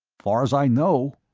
far as i know,